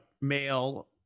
male